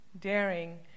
daring